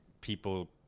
people